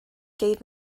gave